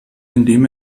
indem